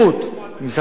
עם משרד המשפטים,